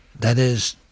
that is,